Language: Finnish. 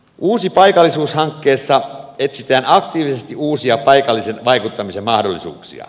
uusi paikallisuus hankkeessa etsitään aktiivisesti uusia paikallisen vaikuttamisen mahdollisuuksia